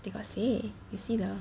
they got say you see the